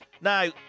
now